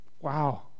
Wow